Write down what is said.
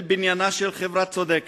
אל בניינה של חברה צודקת,